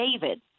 David